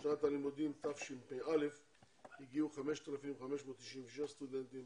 בשנת הלימודים תשפ"א הגישו 5,596 סטודנטים